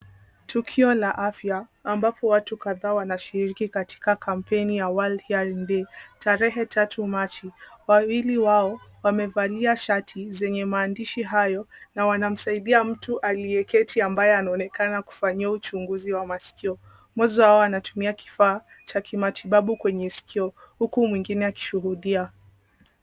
Tukio la afya ambapo watu kadhaa wanashiriki katika kampeni ya world hearing day tarehe tatu Machi. Wawili wao wamevalia shati zenye maandishi hayo na wanamsaidia mtu aliyeketi ambaye anaonekana kufanyiwa uchunguzi wa maskio. Mmoja wao anatumia kifaa cha kimatibabu kwenye sikio huku mwingine akishuhudia.